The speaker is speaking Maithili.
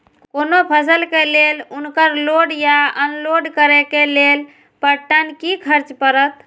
कोनो फसल के लेल उनकर लोड या अनलोड करे के लेल पर टन कि खर्च परत?